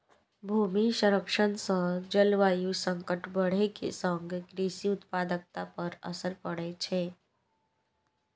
भूमि क्षरण सं जलवायु संकट बढ़ै के संग कृषि उत्पादकता पर असर पड़ै छै